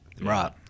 right